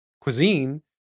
cuisine